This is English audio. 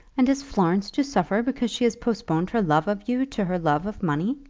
and is florence to suffer because she has postponed her love of you to her love of money?